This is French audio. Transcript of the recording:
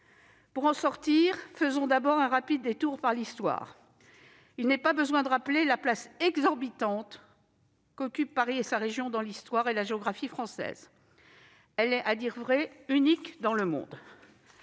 Pour en sortir, faisons d'abord un rapide détour par l'histoire. Il n'est pas besoin de rappeler la place exorbitante qu'occupent Paris et sa région dans l'histoire et la géographie françaises. Elle est, à dire vrai, unique dans le monde.